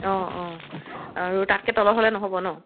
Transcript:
অ' অ' আৰু তাতকৈ তলত হ'লে নহ'ব ন'